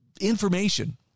information